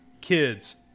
kids